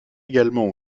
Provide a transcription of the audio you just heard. également